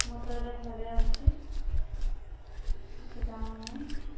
ମୁଁ ତ ଏବେ ଘରେ ଅଛି କିଛି କାମ ନାହିଁ